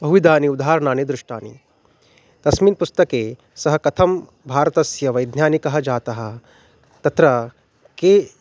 बहुविधानि उदाहरणानि दृष्टानि तस्मिन् पुस्तके सः कथं भारतस्य वैज्ञानिकः जातः तत्र के